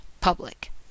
public